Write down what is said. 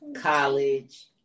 college